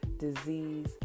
disease